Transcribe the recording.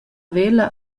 vella